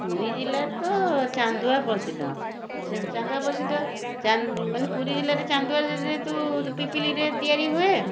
ପୁରୀ ଜିଲ୍ଲା ତ ଚାନ୍ଦୁଆ ପ୍ରସିଦ୍ଧ ସେମିତି ଚାନ୍ଦୁଆ ପ୍ରସିଦ୍ଧ ମାନେ ପୁରୀ ଜିଲ୍ଲାରେ ଚାନ୍ଦୁଆ ଯେହେତୁ ପିପିଲିରେ ତିଆରି ହୁଏ